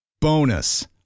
Bonus